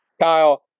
Kyle